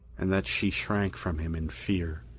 and that she shrank from him in fear.